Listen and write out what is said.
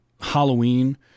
Halloween